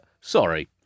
Sorry